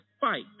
fight